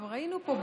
כבר היינו פה,